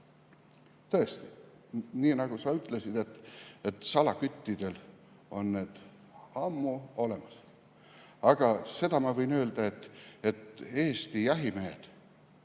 tõesti, nii nagu sa ütlesid, salaküttidel on need ammu olemas. Aga ma võin öelda, et Eesti jahimehed